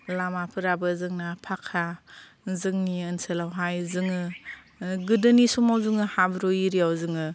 लामाफोराबो जोंना फाखा जोंनि ओनसोलावहाय जोङो गोदोनि समाव जोङो हाब्रु एरियाआव जोङो